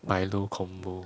Milo combo